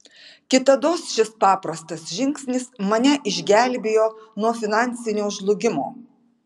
kitados šis paprastas žingsnis mane išgelbėjo nuo finansinio žlugimo